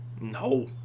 No